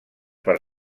per